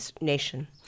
nation